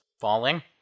falling